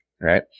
right